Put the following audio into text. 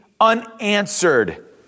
unanswered